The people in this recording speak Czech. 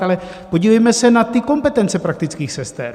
Ale podívejme se na ty kompetence praktických sester.